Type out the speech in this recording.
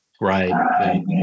right